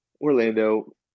Orlando